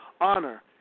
honor